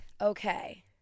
Okay